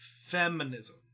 Feminism